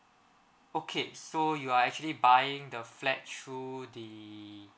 okay so you are actually buying the flat through the